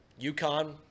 UConn